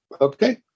Okay